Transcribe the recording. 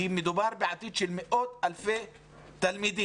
כי מדובר בעתיד של מאות אלפי תלמידים.